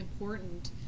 important